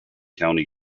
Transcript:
county